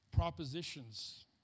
propositions